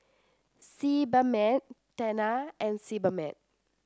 Sebamed Tena and Sebamed